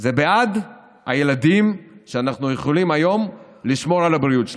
זה בעד הילדים שאנחנו יכולים היום לשמור על הבריאות שלהם,